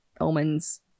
omens